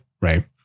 Right